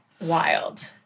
Wild